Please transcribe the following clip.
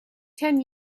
ten